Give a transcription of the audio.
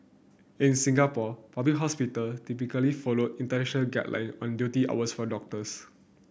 in Singapore public hospital typically follow international guideline on duty hours for doctors